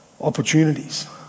opportunities